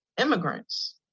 immigrants